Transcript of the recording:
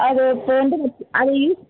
அது இப்போது வந்து அது யூஸ்